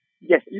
Yes